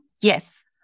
yes